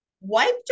wiped